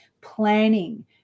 planning